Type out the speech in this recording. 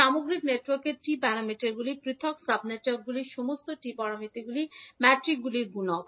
সামগ্রিক নেটওয়ার্কের T প্যারামিটারটি পৃথক সাব নেটওয়ার্কগুলির সমস্ত T প্যারামিটার ম্যাট্রিকগুলির গুণক